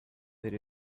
per